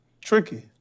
tricky